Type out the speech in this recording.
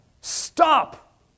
stop